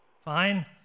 Fine